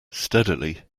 steadily